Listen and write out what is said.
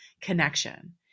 connection